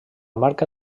marca